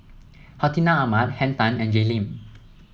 Hartinah Ahmad Henn Tan and Jay Lim